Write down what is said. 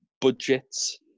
budgets